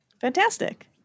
Fantastic